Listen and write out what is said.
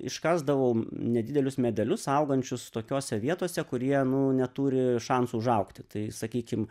iškasdavau nedidelius medelius augančius tokiose vietose kur jie nu neturi šansų užaugti tai sakykim